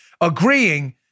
agreeing